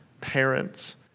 parents